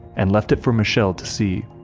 and left it for michel to see.